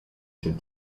się